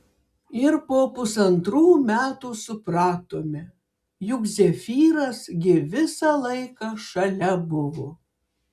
ir po pusantrų metų supratome juk zefyras gi visą laiką šalia buvo